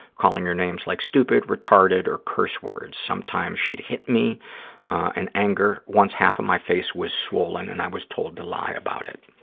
calling her names like stupid, retarded or curse words. sometimes she'd hit me in and anger. once half of my face was swollen and i was told to lie about it.